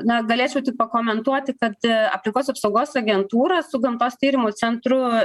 na galėčiau tik pakomentuoti kad aplinkos apsaugos agentūra su gamtos tyrimų centru